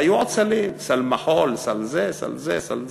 היו עוד סלים: סל מחול, סל זה, סל זה, סל זה.